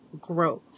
growth